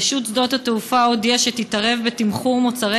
רשות שדות התעופה הודיעה שתתערב בתמחור מוצרי